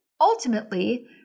Ultimately